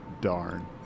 Darn